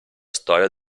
storia